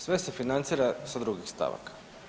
Sve se financira sa drugih stavaka.